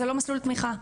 זה לא מסלול תמיכה,